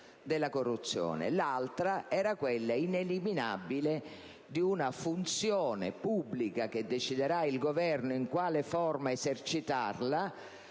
l'altro era quello, ineliminabile, di una funzione pubblica, che deciderà il Governo in quale forma esercitare,